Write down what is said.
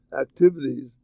activities